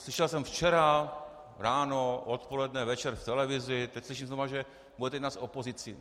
Slyšel jsem včera ráno, odpoledne, večer v televizi, teď slyším znova, že budete jednat s opozicí.